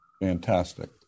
Fantastic